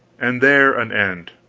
and there an end!